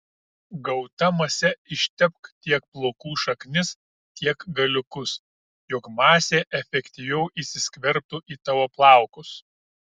gauta mase ištepk tiek plaukų šaknis tiek galiukus jog masė efektyviau įsiskverbtų į tavo plaukus